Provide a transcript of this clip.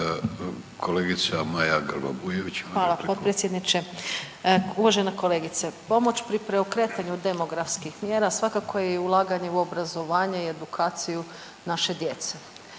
Hvala potpredsjedniče. Uvažena kolegice, pomoć pri preokretanju demografskih mjera svakako je i ulaganje u obrazovanje i edukaciju naše djece.